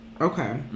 Okay